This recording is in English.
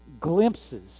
glimpses